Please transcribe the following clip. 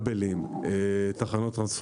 תחנות טרנספורמציה.